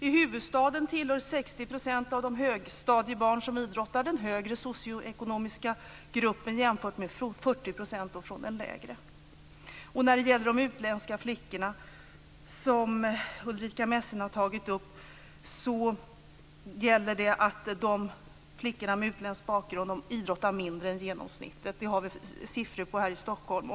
I huvudstaden tillhör 60 % av de högstadiebarn som idrottar den högre socioekonomiska gruppen jämfört med 40 % från den lägre. När det gäller de utländska flickorna - som Ulrica Messing har tagit upp - idrottar flickor med utländsk bakgrund mindre än genomsnittet. Det har vi siffror på här i Stockholm.